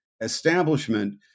establishment